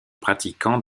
pratiquant